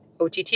OTT